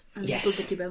Yes